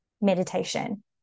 meditation